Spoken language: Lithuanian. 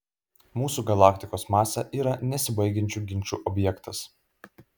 mūsų galaktikos masė yra nesibaigiančių ginčų objektas